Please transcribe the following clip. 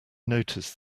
noticed